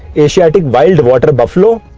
asiatic wild water buffalo,